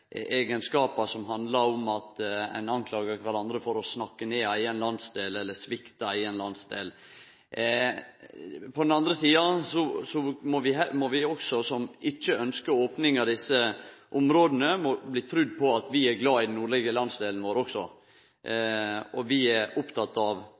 eigenskapar som handlar om at ein skuldar kvarandre for å «snakke ned» eigen landsdel eller «svikte» eigen landsdel. På den andre sida må også vi som ikkje ynskjer å opne desse områda, bli trudd på at vi òg er glade i den nordlege landsdelen vår. Vi er òg opptekne av